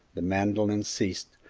the mandolin ceased,